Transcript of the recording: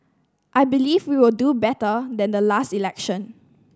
I believe we will do better than the last election